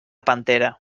pantera